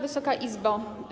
Wysoka Izbo!